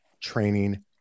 training